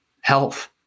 health